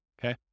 okay